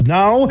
now